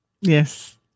Yes